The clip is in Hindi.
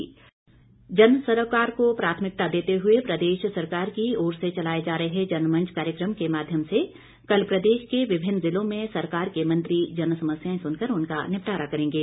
जनमंच जनसरोकार को प्राथमिकता देते हुए प्रदेश सरकार की ओर से चलाए जा रहे जनमंच कार्यक्रम के माध्यम से कल प्रदेश के विभिन्न जिलों में सरकार के मंत्री जनसमस्याएं सुनकर उनका निपटारा करेंगे